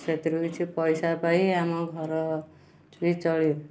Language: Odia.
ସେଥିରୁ କିଛି ପଇସା ପାଇ ଆମ ଘର ବି ଚଳୁ